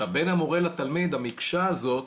עכשיו בין המורה לתלמיד, המקשה הזאת,